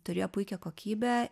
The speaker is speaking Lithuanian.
turėjo puikią kokybę